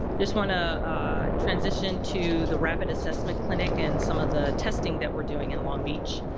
just want to transition to the rapid assessment clinic and some of the testing that we're doing in long beach.